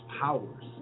powers